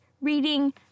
reading